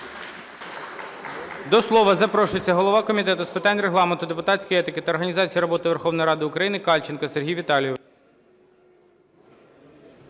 До слова запрошується голова Комітету з питань Регламенту, депутатської етики та організації роботи Верховної Ради України Кальченко Сергій Віталійович.